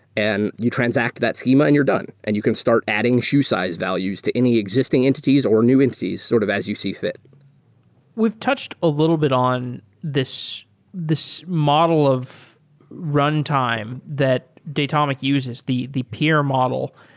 and you transact that schema and you're done, and you can start adding shoe size values to any existing entities or new entities sort of as you see fit we've touched a little bit on this this model of run time that datomic uses, the the peer model,